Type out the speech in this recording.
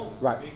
Right